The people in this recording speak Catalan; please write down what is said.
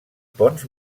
ponts